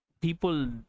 people